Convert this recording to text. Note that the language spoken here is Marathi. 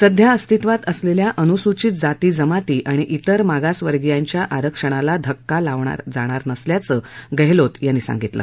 सध्या अस्तित्वात असलेल्या अनुसूचित जाती जमाती आणि त्विर मागास वर्गीयांच्या आरक्षणाला धक्का लावला जाणार नसल्याचं गहलोत यांनी सांगितलं